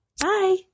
Bye